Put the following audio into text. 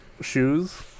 shoes